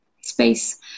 space